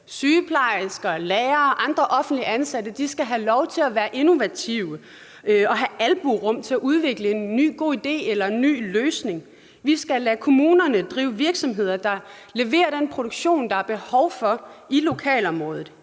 Sygeplejersker, lærere og andre offentligt ansatte skal have lov til at være innovative og have albuerum til at udvikle en ny god idé eller en ny løsning. Vi skal lade kommunerne drive virksomheder, der leverer den produktion, der er behov for, i lokalområdet.